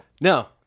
no